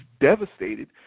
devastated